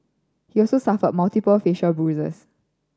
he also suffered multiple facial bruises